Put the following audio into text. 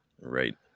right